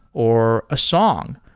or a song,